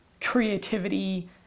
creativity